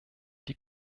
die